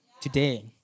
today